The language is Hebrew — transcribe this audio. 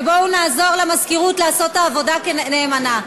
ובואו נעזור למזכירות לעשות את העבודה נאמנה.